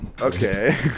Okay